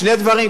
שני דברים,